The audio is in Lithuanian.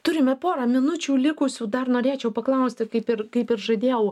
turime porą minučių likusių dar norėčiau paklausti kaip ir kaip ir žadėjau